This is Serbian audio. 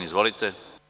Izvolite.